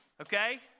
okay